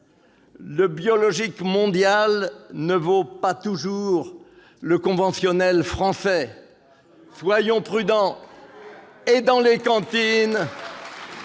le biologique mondial ne vaut pas toujours le conventionnel français. Soyons prudents ! Si nous mettons